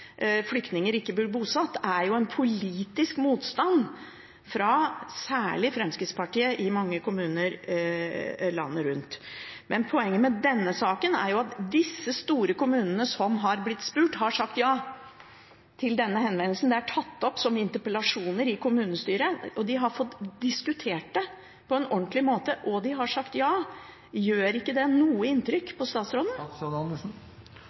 flyktninger ikke blir bosatt, er jo en politisk motstand fra særlig Fremskrittspartiet i mange kommuner landet rundt. Men poenget med denne saken er jo at disse store kommunene som har blitt spurt, har sagt ja til denne henvendelsen. Det er tatt opp som interpellasjoner i kommunestyrer. De har fått diskutert det på en ordentlig måte, og de har sagt ja. Gjør ikke det noe